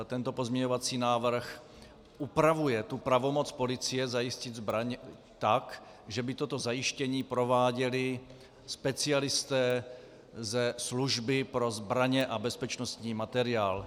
Tento pozměňovací návrh upravuje pravomoc policie zajistit zbraň tak, že by toto zajištění prováděli specialisté ze služby pro zbraně a bezpečnostní materiál.